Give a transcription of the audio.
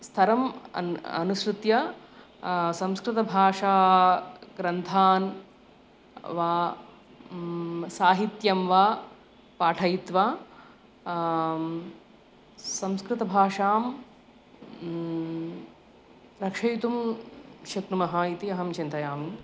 स्तरम् अन् अनुसृत्य संस्कृतभाषा ग्रन्थान् वा साहित्यं वा पाठयित्वा संस्कृतभाषां रक्षयितुं शक्नुमः इति अहं चिन्तयामि